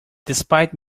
despite